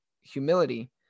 humility